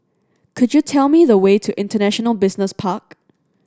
could you tell me the way to International Business Park